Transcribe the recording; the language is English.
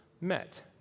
met